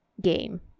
game